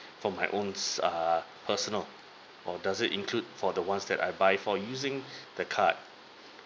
for my owns err personal or does it include for the ones that I buy for using the card